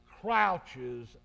crouches